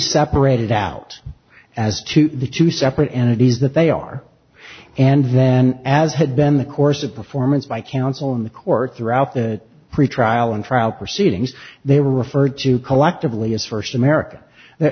separated out as to the two separate entities that they are and then as has been the course of performance by counsel in the court throughout the pretrial and trial proceedings they were referred to collectively as first america th